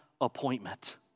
appointment